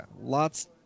lots